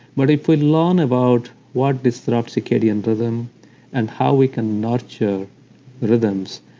but if we learn about what disrupts circadian rhythm and how we can nurture rhythms,